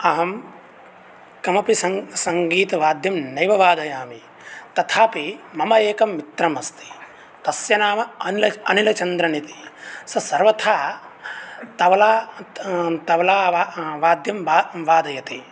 अहं कमपि सङ्ग् सङ्गीतवाद्यं नैव वादयामि तथापि मम एकं मित्रमस्ति तस्य नाम अन्ल् अनिलचन्द्रनिति सः सर्वथा तबला तबलावा वाद्यं बा वादयति